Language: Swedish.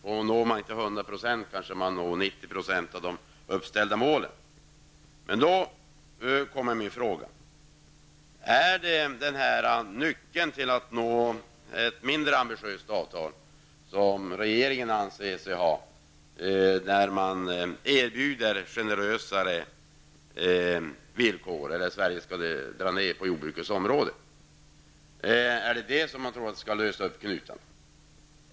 Når man inte målet till hundra procent, kanske man når det till nittio procent. Min fråga blir då: Anser sig regeringen ha nyckeln till att nå ett mindre ambitiöst avtal när man erbjuder generösare villkor, t.ex. att Sverige skulle dra ned på jordbrukets område? Är det detta som skall lösa upp knutarna?